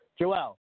Joelle